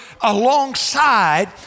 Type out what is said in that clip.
alongside